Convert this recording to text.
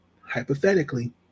hypothetically